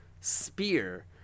Spear